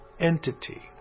entity